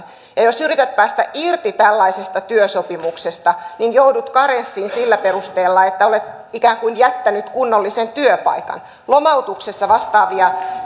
jos yrittää päästä irti tällaisesta työsopimuksesta niin joudut karenssiin sillä perusteella että olet ikään kuin jättänyt kunnollisen työpaikan lomautuksessa vastaavia